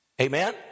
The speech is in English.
Amen